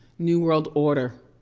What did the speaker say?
new world order.